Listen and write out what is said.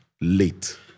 late